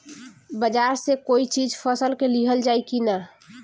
बाजार से कोई चीज फसल के लिहल जाई किना?